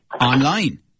online